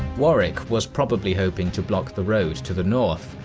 warwick was probably hoping to block the road to the north,